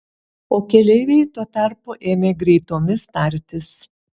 o keleiviai tuo tarpu ėmė greitomis tartis